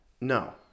No